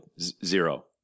Zero